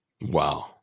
Wow